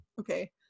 okay